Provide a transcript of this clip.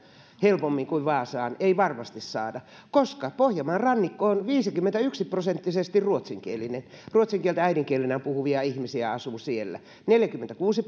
helpommin kuin vaasaan ei varmasti saada koska pohjanmaan rannikko on viisikymmentäyksi prosenttisesti ruotsinkielinen ruotsin kieltä äidinkielenään puhuvia ihmisiä asuu siellä neljäkymmentäkuusi